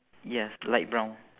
yes light brown